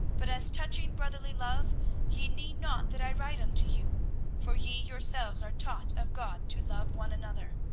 but as touching brotherly love ye need not that i write unto you for ye yourselves are taught of god to love one another.